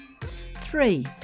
Three